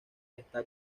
está